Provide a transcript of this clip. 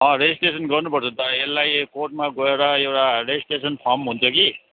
registration गर्नुपर्छ त यसलाई कोर्टमा गएर एउटा रेजिस्ट्रेसन फम हुन्छ कि